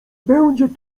będzie